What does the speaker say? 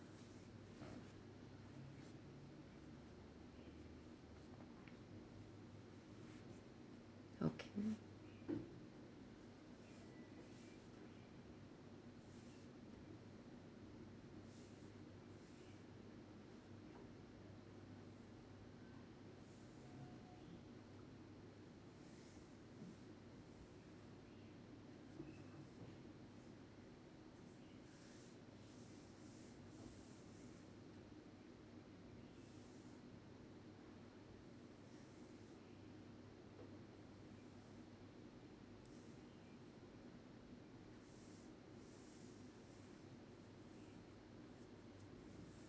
okay